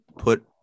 put